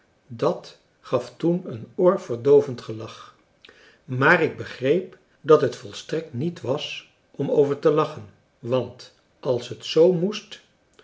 dat gaf toen een oorverdoovend gelach maar ik begreep dat het volstrekt niet was om over te lachen want als het z moest